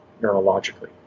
Neurologically